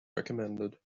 recommended